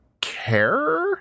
care